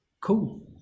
Cool